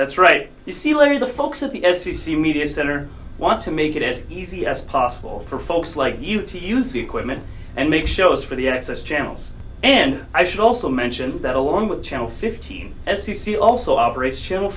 that's right you see larry the folks at the f c c media center want to make it as easy as possible for folks like you to use the equipment and make shows for the access channels and i should also mention that along with channel fifteen as you see also operates channel